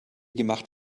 gemacht